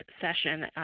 session